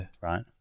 right